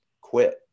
quit